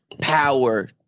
power